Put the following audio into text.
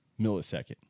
millisecond